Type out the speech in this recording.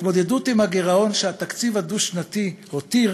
ההתמודדות עם הגירעון שהתקציב הדו-שנתי הותיר